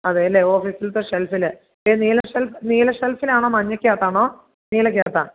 അതേയല്ലേ ഓഫീസിൽത്തെ ഷെൽഫില് ഈ നീല ഷെൽഫ് നീല ഷെൽഫിലാണോ മഞ്ഞയ്ക്കകത്താണോ നീലയ്ക്കകത്താ